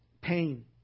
pain